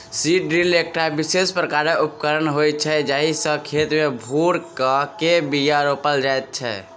seed drill एकटा विशेष प्रकारक उपकरण होइत छै जाहि सॅ खेत मे भूर क के बीया रोपल जाइत छै